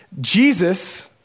Jesus